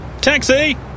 Taxi